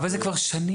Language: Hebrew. אבל זה כבר שנים.